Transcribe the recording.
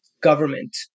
government